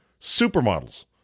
Supermodels